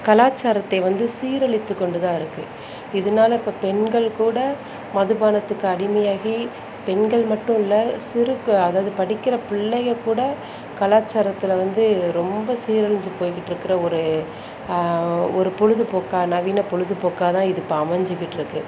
கலாச்சாரத்தை வந்து சீரழித்துக்கொண்டுதான் இருக்கு இதனால இப்போ பெண்கள் கூட மதுபானத்துக்கு அடிமையாகி பெண்கள் மட்டும் இல்லை சிறு அதாவது படிக்கிற பிள்ளைங்க கூட கலாச்சாரத்தில் வந்து ரொம்ப சீரழிஞ்சு போயிக்கிட்டு இருக்கிற ஒரு ஒரு பொழுதுப்போக்காக நவீன பொழுதுப்போக்காக தான் இது இப்போ அமைஞ்சிக்கிட்டுருக்கு